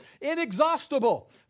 inexhaustible